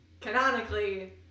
canonically